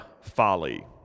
Folly